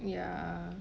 ya